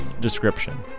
description